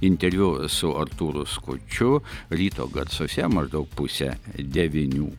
interviu su artūru skuču ryto garsuose maždaug pusę devynių